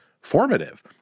formative